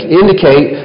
indicate